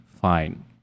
fine